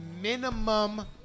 minimum